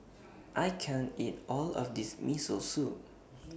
I can't eat All of This Miso Soup